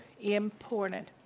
important